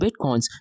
bitcoins